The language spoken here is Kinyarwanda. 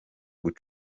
muri